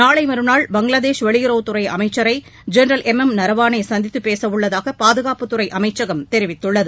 நாளை மறுநாள் பங்களாதேஷ் வெளியுறவுத்துறை அமைச்சளர ஜெனரல் எம் எம் நரவானே சந்தித்து பேசவுள்ளதாக பாதுகாப்புத்துறை அமைச்சகம் தெரிவித்துள்ளது